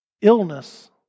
Illness